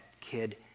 kid